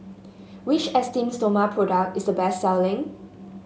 which Esteem Stoma product is the best selling